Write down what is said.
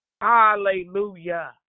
Hallelujah